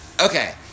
Okay